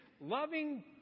loving